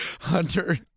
Hunter